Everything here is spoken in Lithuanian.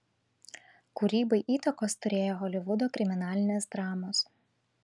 kūrybai įtakos turėjo holivudo kriminalinės dramos